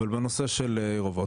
אבל בנושא של עיר אובות,